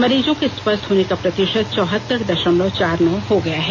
मरीजों के स्वस्थ होने का प्रतिशत चौहत्तर दशमलव चार नौ हो गया है